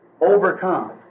overcome